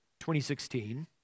2016